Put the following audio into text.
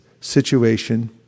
situation